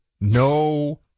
No